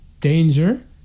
Danger